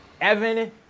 Evan